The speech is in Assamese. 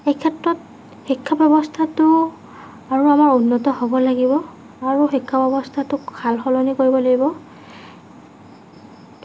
সেইক্ষেত্ৰত শিক্ষা ব্যৱস্থাটো আৰু অলপ উন্নত হ'ব লাগিব আৰু শিক্ষা ব্যৱস্থাটোক সাল সলনি কৰিব লাগিব